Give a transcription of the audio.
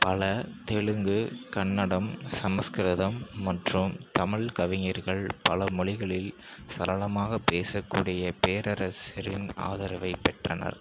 பல தெலுங்கு கன்னடம் சமஸ்கிருதம் மற்றும் தமிழ் கவிஞர்கள் பல மொழிகளில் சரளமாக பேசக்கூடிய பேரரசரின் ஆதரவைப் பெற்றனர்